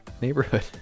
neighborhood